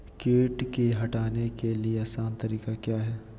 किट की हटाने के ली आसान तरीका क्या है?